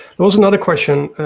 there was another question